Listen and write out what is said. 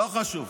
לא חשוב.